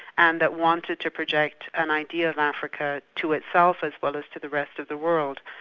and that wanted to project an ideal africa to itself as well as to the rest of the world,